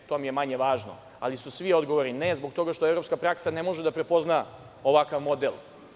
To mi je manje važno, ali su svi odgovori ne, zbog toga što evropska praksa ne može da prepozna ovakav model.